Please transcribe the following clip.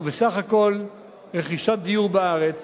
ובסך הכול רכישת דיור בארץ,